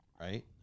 Right